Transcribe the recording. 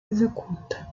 executa